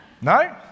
No